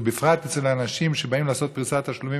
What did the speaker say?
ובפרט אצל אנשים שבאים לעשות פריסת תשלומים